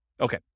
Okay